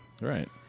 Right